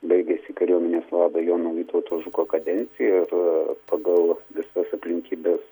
baigiasi kariuomenės vado jono vytauto žuko kadencija ir pagal visas aplinkybes